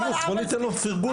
בוא ניתן לו פרגון.